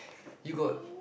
you got